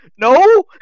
no